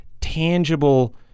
tangible